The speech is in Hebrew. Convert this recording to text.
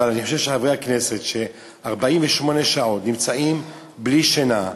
אבל אני חושב שחברי כנסת ש-48 שעות נמצאים בלי שינה,